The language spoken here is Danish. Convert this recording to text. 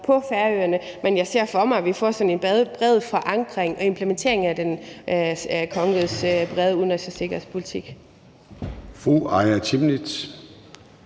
på Færøerne, men jeg ser for mig, at vi får sådan en bred forankring og implementering af kongerigets brede udenrigs- og sikkerhedspolitik.